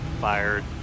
fired